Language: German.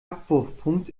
abwurfpunkt